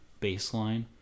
baseline